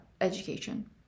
education